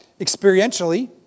experientially